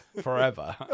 forever